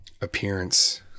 appearance